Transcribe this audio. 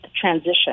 transition